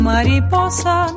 Mariposa